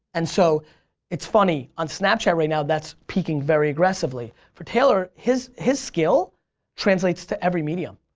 and so it's funny on snapchat right now that's peaking very aggressively. for taylor, his his skill translates to every medium.